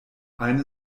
eine